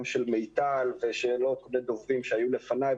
של מיטל ברון ושל עוד דוברים שהיו לפניי,